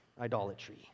idolatry